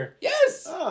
yes